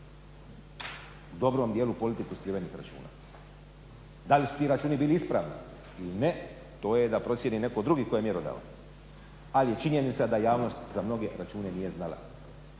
dobrom dijelu politiku skrivenih računa. Da li su ti računi bili ispravni ili ne, to je da procijeni netko drugi tko je mjerodavan ali je činjenica da javnost za mnoge račune nije znala.